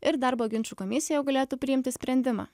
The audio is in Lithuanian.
ir darbo ginčų komisija galėtų priimti sprendimą